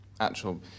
actual